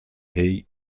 rei